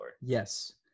Yes